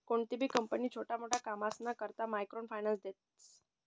कोणतीबी कंपनी छोटा मोटा कामसना करता मायक्रो फायनान्स देस